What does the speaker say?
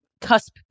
cusp